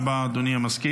תודה רבה, אדוני המזכיר.